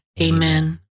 Amen